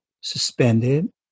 suspended